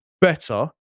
better